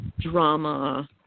drama